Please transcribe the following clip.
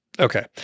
Okay